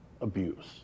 abuse